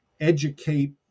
educate